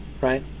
right